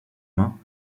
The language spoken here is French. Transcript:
mains